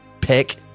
pick